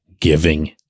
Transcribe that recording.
giving